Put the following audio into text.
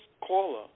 caller